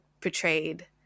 portrayed